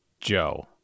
Joe